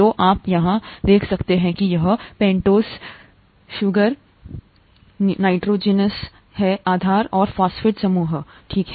तो आप यहाँ देख सकते हैं कि यह पेन्टोज़ चीनी नाइट्रोजनस है आधार और फॉस्फेट समूह ठीक है